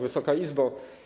Wysoka Izbo!